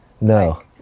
No